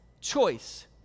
choice